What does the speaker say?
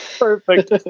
Perfect